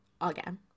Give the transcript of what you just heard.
again